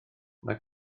mae